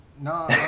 No